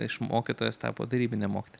iš mokytojos tapo tarybine mokytoja